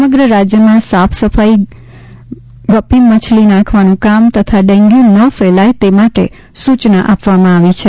સમગ્ર રાજ્યમાં સાફ સફાઇ ગપ્પી મછલી નાંખવાનું કામ તથા ડેન્ગ્યુ ન ફેલાય તે માટે સૂચના આપવામાં આવી છે